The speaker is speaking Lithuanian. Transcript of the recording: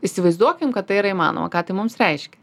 įsivaizduokim kad tai yra įmanoma ką tai mums reiškia